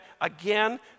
again